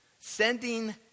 Sending